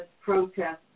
protests